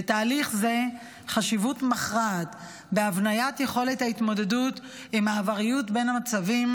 לתהליך זה חשיבות מכרעת בהבניית יכולת ההתמודדות עם מעבריות בין המצבים,